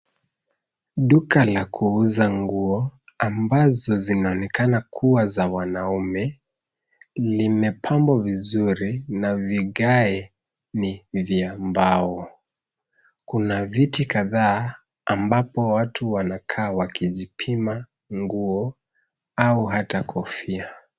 Duka la kuuza nguo ambazo zinaonekana kuwa za wanaume, limepambwa vizuri na vigae ni vya mbao. Kuna viti kataa ambapo watu wanakaa wakijipima nguo au hata kufia.